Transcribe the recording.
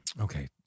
Okay